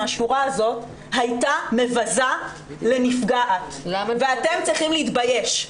הייתה מבזה לנפגעת ואתם צריכים להתבייש.